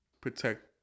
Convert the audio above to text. protect